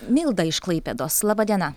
milda iš klaipėdos laba diena